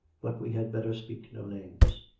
but we had better speak no names.